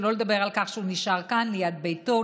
שלא לדבר על כך שהוא נשאר כאן ליד ביתו,